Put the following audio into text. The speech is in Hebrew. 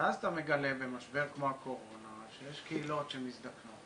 ואז אתה מגלה במשבר כמו הקורונה שיש קהילות שמזדקנות